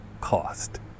cost